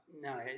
No